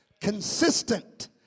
consistent